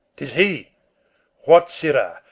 tis he what, sirrah,